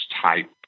type